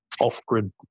off-grid